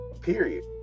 Period